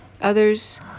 others